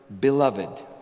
beloved